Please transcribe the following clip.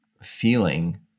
feeling